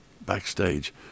backstage